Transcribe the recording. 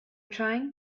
trying